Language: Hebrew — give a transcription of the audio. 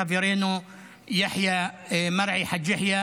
חברנו מר חאג' יחיא,